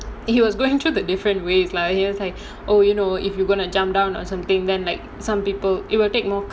he was going through the different ways lah he was like oh you know if you gonna jump down or something then like some people it will take more